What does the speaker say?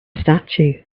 statue